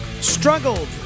struggled